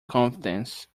confidence